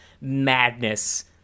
madness